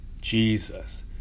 Jesus